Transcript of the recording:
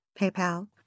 PayPal